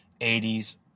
80s